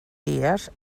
dies